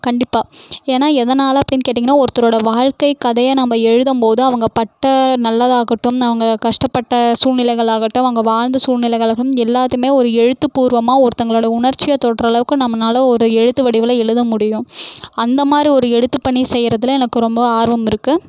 கண்டிப்பாக ஏன்னா எதனால் அப்படினு கேட்டிங்கன்னால் ஒருத்தவரோட வாழ்க்கை கதையை நம்ம எழுதும் போது அவங்க பட்ட நல்லதாகட்டும் அவங்க கஷ்டப்பட்ட சூழ்நிலைகள் ஆகட்டும் அவங்க வாழ்ந்த சூழ்நிலைகளையும் எல்லாத்துக்குமே ஒரு எழுத்து பூர்வமாக ஒருத்தவங்களோட உணர்ச்சியை தொடுறளவுக்கு நம்மளால ஒரு எழுத்து வடிவில் எழுத முடியும் அந்த மாதிரி ஒரு எழுத்து பணி செய்யுறதில் எனக்கு ரொம்ப ஆர்வம் இருக்குது